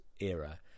era